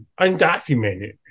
undocumented